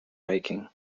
hiking